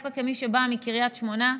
דווקא כמי שבאה מקריית שמונה,